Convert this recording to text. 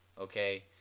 Okay